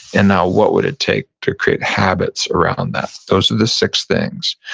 and now what would it take to create habits around that? those are the six things.